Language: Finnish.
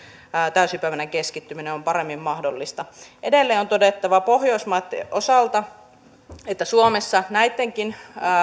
täysipäiväinen keskittyminen on paremmin mahdollista edelleen on todettava pohjoismaitten osalta että suomessa näittenkin